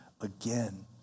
again